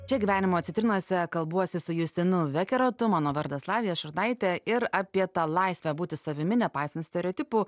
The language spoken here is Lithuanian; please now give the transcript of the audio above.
čia gyvenimo citrinose kalbuosi su justinu vekerotu mano vardas latvija šataitė ir apie tą laisvę būti savimi nepaisant stereotipų